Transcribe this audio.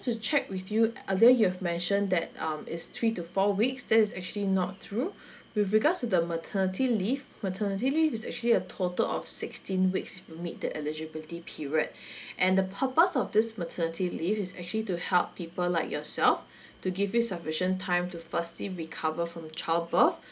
to check with you I know you've mention that um is three to four weeks that is actually not true with regards to the maternity leave maternity leave is actually a total of sixteen weeks if you meet the eligibility period and the purpose of this maternity leave is actually to help people like yourself to give you sufficient time to firstly recover from childbirth